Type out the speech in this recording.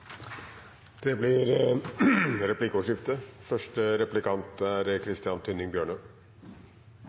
Det blir replikkordskifte. Arbeiderpartiet er